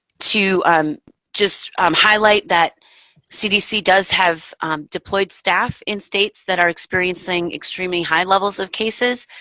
to just highlight that cdc does have deployed staff in states that are experiencing extremely high levels of cases.